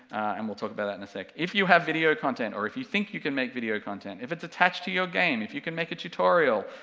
and we'll talk about that in a sec. if you have video content or if you think you can make video content, if it's attached to your game, if you can make a tutorial,